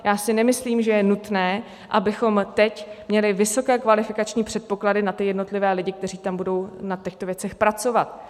Já si nemyslím, že je nutné, abychom teď měli vysoké kvalifikační předpoklady na ty jednotlivé lidi, kteří budou na těchto věcech pracovat.